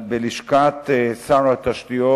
בלשכת שר התשתיות.